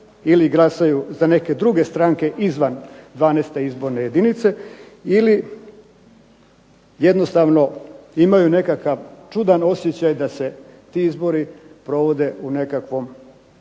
ili glasaju za neke druge stranke izvan 12 izborne jedinice ili jednostavno imaju nekakav čudan osjećaj da se ti izbori provode u nekakvom